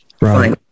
Right